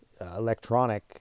electronic